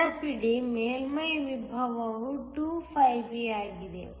ನೆನಪಿಡಿ ಮೇಲ್ಮೈ ವಿಭವವು 2 φB ಆಗಿದೆ